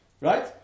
Right